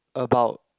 about